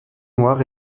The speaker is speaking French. noir